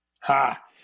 Ha